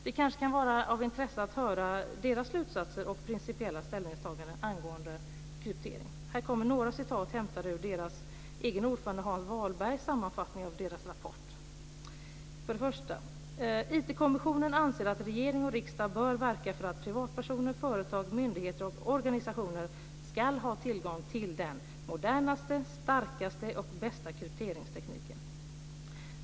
Det kanske kan vara av intresse att höra dess slutsatser och principiella ställningstaganden angående kryptering. Här kommer några citat hämtade ur dess egen ordförande Hans Wallbergs sammanfattning av dess rapport: "IT-kommissionen anser att regering och riksdag bör verka för att privatpersoner, företag, myndigheter och organisationer ska ha tillgång till den modernaste, starkaste och bästa krypteringstekniken.